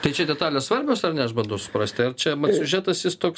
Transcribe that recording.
tai čia detalės svarbios ar ne aš bandau suprasti ar čia siužetas jis toks